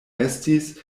estis